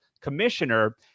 commissioner